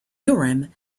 urim